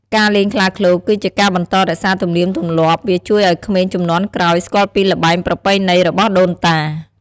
ការលេងខ្លាឃ្លោកគឺជាការបន្តរក្សាទំនៀមទម្លាប់វាជួយឱ្យក្មេងជំនាន់ក្រោយស្គាល់ពីល្បែងប្រពៃណីរបស់ដូនតា។